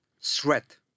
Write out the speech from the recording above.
Threat